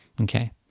Okay